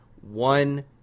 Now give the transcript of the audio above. one